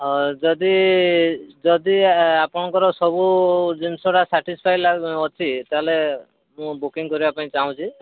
ହ ଯଦି ଯଦି ଆପଣଙ୍କର ସବୁ ଜିନିଷଟା ସାଟିସ୍ଫାଏ ଅଛି ତା'ହେଲେ ମୁଁ ବୁକିଂ କରିବା ପାଇଁ ଚାହୁଁଛି